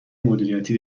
مدیریتی